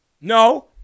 No